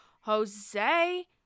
jose